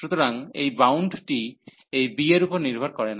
সুতরাং এই বাউন্ডটি এই b এর উপর নির্ভর করে না